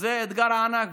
וזה אתגר ענק.